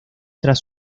tras